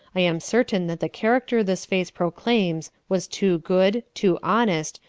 i am certain that the character this face proclaims was too good, too honest,